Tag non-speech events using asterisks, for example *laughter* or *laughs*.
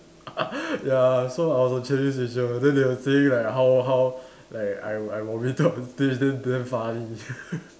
*laughs* ya so I was on Channel News Asia then they were saying like how how like I I vomited on stage then damn funny *laughs*